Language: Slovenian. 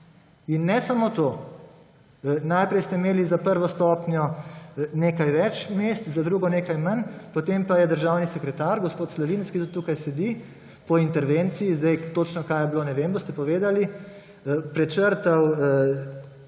In ne samo to! Najprej ste imeli za prvo stopnjo nekaj več mest, za drugo nekaj manj, potem pa je državni sekretar, gospod Slavinec, ki tudi tukaj sedi, po intervenciji – zdaj točno, kaj je bilo, ne vem, boste povedali –, prečrtal